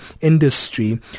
industry